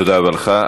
תודה רבה לך.